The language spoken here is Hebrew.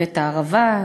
בית-הערבה,